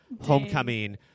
homecoming